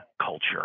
culture